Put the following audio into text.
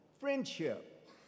friendship